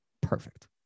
Perfect